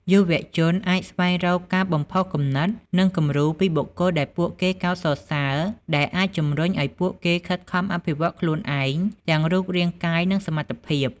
យុវជនអាចស្វែងរកការបំផុសគំនិត និងគំរូពីបុគ្គលដែលពួកគេកោតសរសើរ ដែលអាចជំរុញឲ្យពួកគេខិតខំអភិវឌ្ឍខ្លួនឯងទាំងរូបរាងកាយ និងសមត្ថភាព។